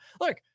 look